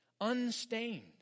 Unstained